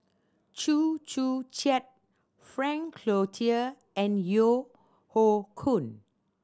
Chew Joo Chiat Frank Cloutier and Yeo Hoe Koon